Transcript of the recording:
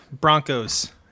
Broncos